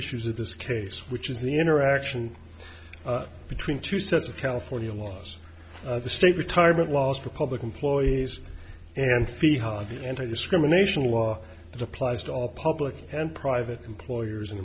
issues of this case which is the interaction between two sets of california laws the state retirement laws for public employees and fee how the anti discrimination law applies to all public and private employers and